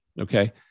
Okay